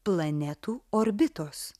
planetų orbitos